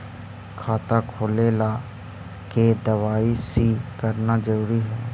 खाता खोले ला के दवाई सी करना जरूरी है?